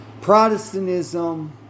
Protestantism